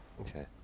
Okay